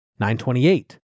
928